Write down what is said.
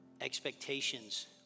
expectations